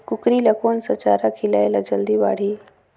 कूकरी ल कोन सा चारा खिलाय ल जल्दी बाड़ही?